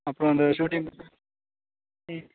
அப்புறம் அந்த ஷூட்டிங் ம்